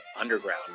Underground